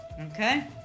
Okay